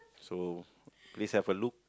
so please have a look